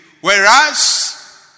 whereas